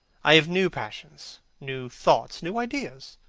i have new passions, new thoughts, new ideas.